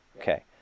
Okay